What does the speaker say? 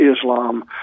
Islam